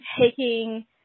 taking